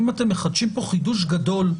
אם אתם מחדשים פה חידוש גדול בדיני הרגולציה